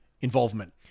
involvement